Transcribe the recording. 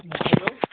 hello